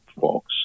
folks